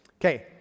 Okay